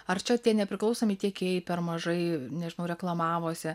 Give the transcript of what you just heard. ar čia tie nepriklausomi tiekėjai per mažai nežinau reklamavosi